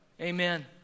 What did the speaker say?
Amen